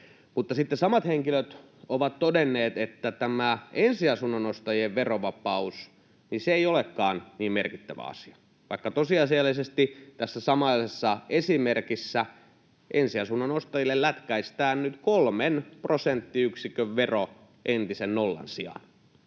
samat henkilöt ovat todenneet, että tämä ensiasunnon ostajien verovapaus ei olekaan niin merkittävä asia, vaikka tosiasiallisesti tässä samaisessa esimerkissä ensiasunnon ostajille lätkäistään nyt kolmen prosenttiyksikön vero entisen nollan sijaan.